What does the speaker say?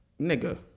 nigga